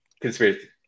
conspiracy